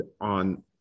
on